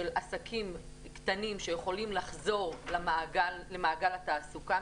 עסקים קטנים שיכולים לחזור למעגל התעסוקה,